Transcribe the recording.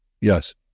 Yes